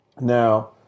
Now